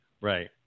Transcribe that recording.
Right